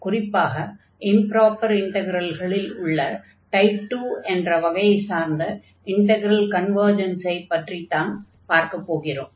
குறிப்பாக இம்ப்ராப்பர் இன்டக்ரல்களில் உள்ள டைப் 2 என்ற வகையைச் சார்ந்த இன்டக்ரல் கன்வர்ஜன்ஸை பற்றிப் பார்க்கப் போகிறோம்